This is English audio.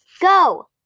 Go